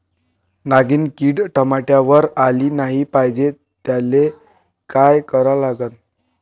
नागिन किड टमाट्यावर आली नाही पाहिजे त्याले काय करा लागन?